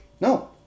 No